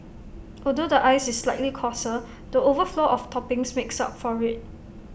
although the ice is slightly coarser the overflow of toppings makes up for IT